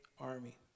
army